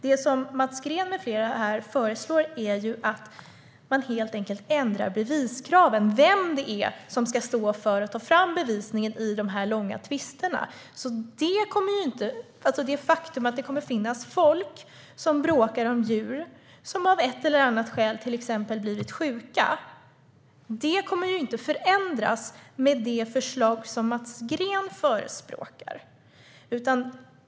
Det som Mats Green med flera föreslår är att man helt enkelt ändrar beviskraven, alltså vem det är som ska stå för att ta fram bevisningen i dessa långa tvister. Det faktum att det finns folk som bråkar om djur som av ett eller annat skäl till exempel blivit sjuka kommer inte att förändras med det förslag som Mats Green förespråkar.